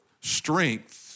strength